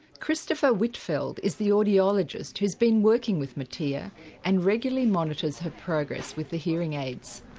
christopher whitfeld is the audiologist who's been working with mattea and regularly monitors her progress with the hearing aids.